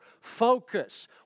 focus